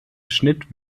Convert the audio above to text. schnitt